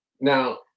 Now